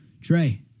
trey